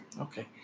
Okay